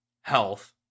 health